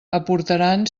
aportaran